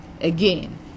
again